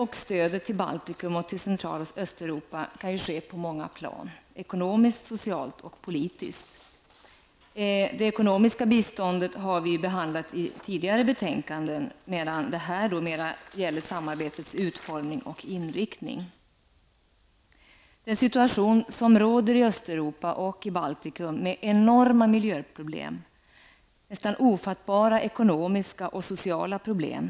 Central och Östeuropa kan genomföras på många plan -- ekonomiskt, socialt och politiskt. Det ekonomiska biståndet har vi behandlat i tidigare betänkanden, medan det nu mera gäller samarbetets utformning och inriktning. I den situation som råder i Östeuropa och Baltikum finns enorma miljöproblem och nästan ofattbara ekonomiska och sociala problem.